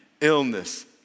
illness